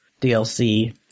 DLC